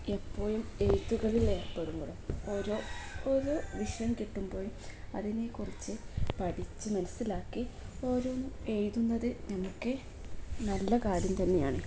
എപ്പോഴും എഴുത്തുകളിൽ ഏർപ്പെടുമ്പോഴും ഓരോ ഓരോ വിഷയം കിട്ടുമ്പോഴും അതിനെക്കുറിച്ച് പഠിച്ചു മനസ്സിലാക്കി ഓരോ എഴുതുന്നത് നമുക്ക് നല്ല കാര്യം തന്നെയാണ്